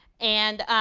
and,